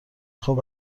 خوب